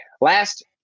last